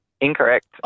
Incorrect